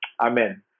Amen